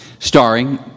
Starring